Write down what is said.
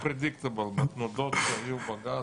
unpredictable בתנודות שהיו בגז,